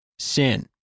Sin